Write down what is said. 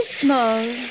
small